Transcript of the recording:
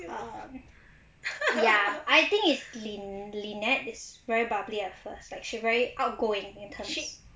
um ya I think is lyn~ lynette is very bubbly at first like she very outgoing in terms